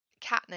Katniss